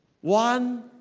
One